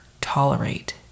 tolerate